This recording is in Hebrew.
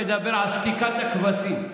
שתיקת הכבשים.